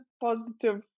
positive